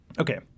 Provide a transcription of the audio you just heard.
Okay